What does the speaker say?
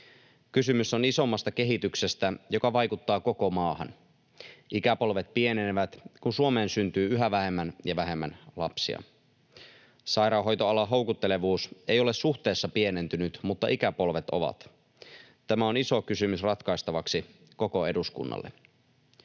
Kysymys on isommasta kehityksestä, joka vaikuttaa koko maahan. Ikäpolvet pienenevät, kun Suomeen syntyy yhä vähemmän ja vähemmän lapsia. Sairaanhoitoalan houkuttelevuus ei ole suhteessa pienentynyt, mutta ikäpolvet ovat. Tämä on iso kysymys ratkaistavaksi koko eduskunnalle.